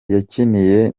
yakiniye